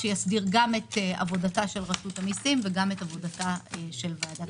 שיסדיר גם את עבודת רשות המיסים וגם את עבודת ועדת הכספים.